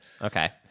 Okay